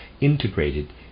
integrated